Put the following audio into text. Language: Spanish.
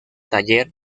taller